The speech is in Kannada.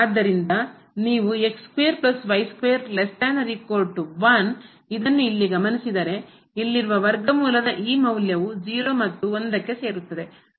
ಆದ್ದರಿಂದ ನೀವು ಇದನ್ನು ಇಲ್ಲಿ ಗಮನಿಸಿದರೆ ಇಲ್ಲಿರುವ ವರ್ಗಮೂಲದ ಈ ಮೌಲ್ಯವು 0 ಮತ್ತು 1 ಕ್ಕೆ ಸೇರುತ್ತದೆ